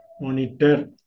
monitor